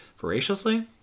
voraciously